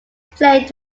playing